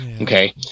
Okay